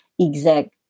exact